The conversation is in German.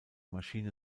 maschine